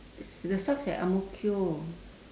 s~ the socks at ang mo kio